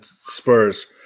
Spurs